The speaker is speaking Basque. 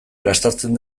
gastatzen